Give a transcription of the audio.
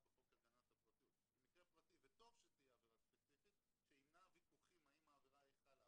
לפעמים רשאי להעתיק.